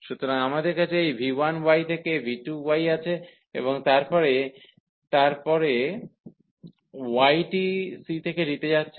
সুতরাং আমাদের কাছে এই v1y থেকে এই v2y আছে এবং তারপরে y টি c থেকে d তে যাচ্ছে